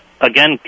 again